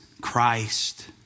Christ